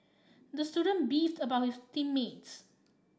the student beefed about his team mates